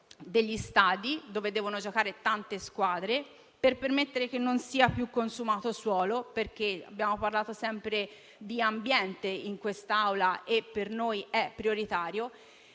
degli stadi dove devono giocare tante squadre; per permettere che non sia più consumato suolo, perché abbiamo parlato sempre di ambiente in quest'Aula e per noi è prioritario,